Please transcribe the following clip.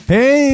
Hey